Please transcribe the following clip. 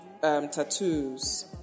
tattoos